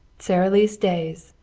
sara lee's days,